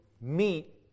meet